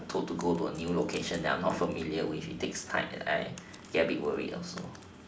put to go to a new location that I am not familiar with it takes time and I get a bit worried also